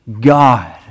God